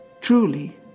Truly